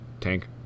tank